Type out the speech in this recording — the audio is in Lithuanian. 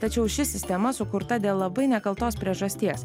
tačiau ši sistema sukurta dėl labai nekaltos priežasties